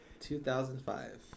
2005